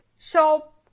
shop